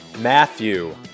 Matthew